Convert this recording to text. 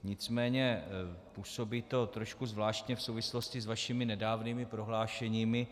Nicméně působí to trošku zvláštně v souvislosti s vašimi nedávnými prohlášeními.